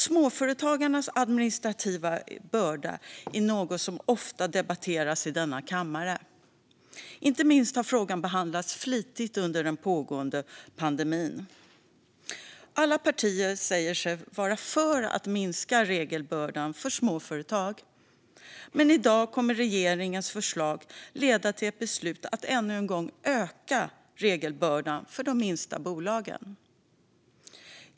Småföretagarnas administrativa börda är något som ofta debatteras i denna kammare. Inte minst har frågan behandlats flitigt under den pågående pandemin. Alla partier säger sig vara för att minska regelbördan för småföretag. Men i dag kommer regeringens förslag att leda till ett beslut om att ännu en gång öka regelbördan för de minsta bolagen.